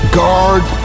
guard